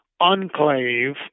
enclave